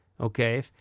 Okay